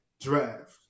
draft